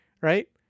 Right